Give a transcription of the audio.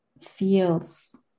feels